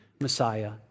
Messiah